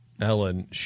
Ellen